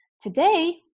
Today